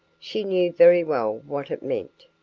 she knew very well what it meant.